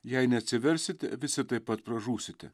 jei neatsiversite visi taip pat pražūsite